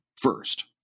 first